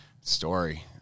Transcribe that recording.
Story